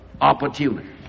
Opportunity